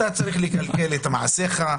אתה צריך לכלכל את מעשיך,